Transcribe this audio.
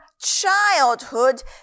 childhood